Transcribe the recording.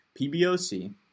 pboc